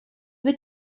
vœux